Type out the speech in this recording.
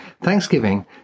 Thanksgiving